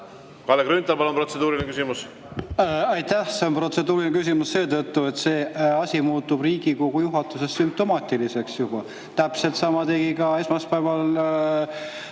Kalle Grünthal, palun, protseduuriline küsimus! Aitäh! See on protseduuriline küsimus seetõttu, et see asi muutub Riigikogu juhatuses juba sümptomaatiliseks. Täpselt sama tegi esmaspäeval